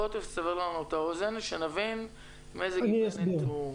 בוא תסבר לנו את האוזן, שנבין באיזו גיבנת מדובר.